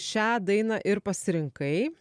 šią dainą ir pasirinkai